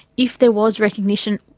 if there was recognition,